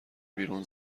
بیرون